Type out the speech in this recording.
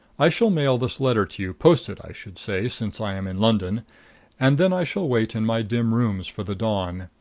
i shall mail this letter to you post it, i should say, since i am in london and then i shall wait in my dim rooms for the dawn.